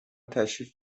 تشریف